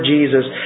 Jesus